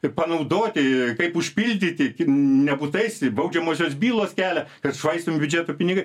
ir panaudoti kaip užpildyti nebūtais baudžiamosios bylos kelia kad švaistomi biudžeto pinigai